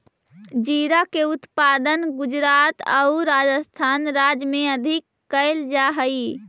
जीरा के उत्पादन गुजरात आउ राजस्थान राज्य में अधिक कैल जा हइ